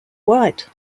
white